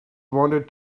wanted